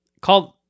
Called